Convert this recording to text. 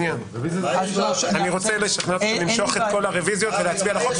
אני רוצה לשכנע אתכם למשוך את כל הרוויזיות ולהצביע על החוק,